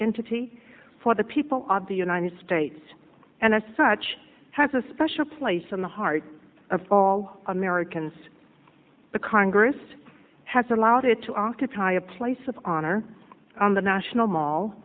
entity for the people of the united states and as such has a special place in the hearts of all americans but congress has allowed it to occupy a place of honor on the national